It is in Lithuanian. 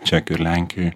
čekijoj ir lenkijoj